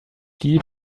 die